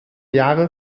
jahre